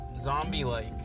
zombie-like